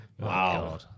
Wow